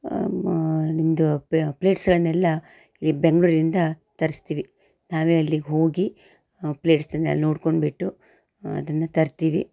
ಮ ನಮ್ಮದು ಪ್ಲೇಟ್ಸ್ಗಳನ್ನೆಲ್ಲ ಈ ಬೆಂಗಳೂರಿಂದ ತರಿಸ್ತೀವಿ ನಾವೇ ಅಲ್ಲಿಗೆ ಹೋಗಿ ಪ್ಲೇಟ್ಸ್ದನ್ನೆ ನೋಡ್ಕೊಂಡ್ಬಿಟ್ಟು ಅದನ್ನ ತರ್ತೀವಿ